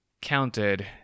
counted